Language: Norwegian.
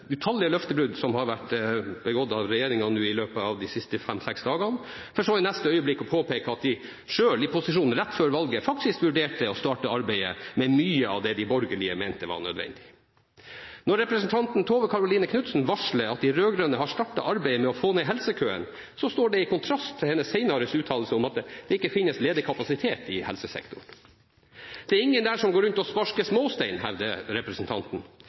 utallige løftebrudd som har vært begått av regjeringen i løpet av de siste fem–seks dagene, for så i neste øyeblikk å påpeke at de selv i posisjon, rett før valget, faktisk vurderte å starte arbeidet med mye av det de borgerlige mente var nødvendig. Når representanten Tove Karoline Knutsen varsler at de rød-grønne har startet arbeidet med å få ned helsekøen, står det i kontrast til hennes senere uttalelse om at det ikke finnes ledig kapasitet i helsesektoren. Det er ingen der som går rundt og sparker småstein, hevder representanten.